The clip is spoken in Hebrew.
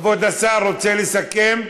כבוד השר, רוצה לסכם?